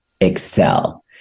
excel